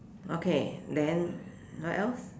okay then what else